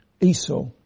Esau